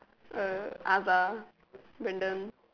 uh Azhar Brandon